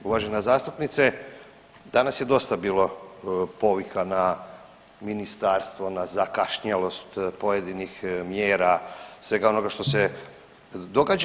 Uvažena zastupnice, danas je dosta bilo povika na ministarsvo na zakašnjelost pojedinih mjera svega onoga što se događa.